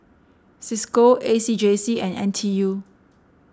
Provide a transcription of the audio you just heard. Cisco A C J C and N T U